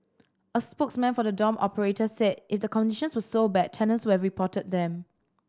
a spokesman for the dorm operator said if the conditions were so bad tenants would have reported them